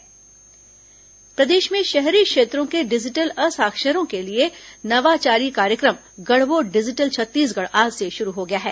गढ़बो digital Chhattisgarh प्रदेश में शहरी क्षेत्रों के डिजिटल असाक्षरों के लिए नवाचारी कार्यक्रम गढ़बो डिजिटल छत्तीसगढ़ आज से शुरू हो गया है